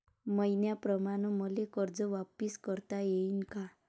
मईन्याप्रमाणं मले कर्ज वापिस करता येईन का?